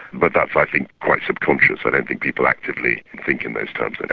but that's, i think, quite subconscious. i don't think people actively think in those terms but